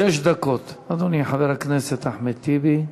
שש דקות, אדוני חבר הכנסת אחמד טיבי.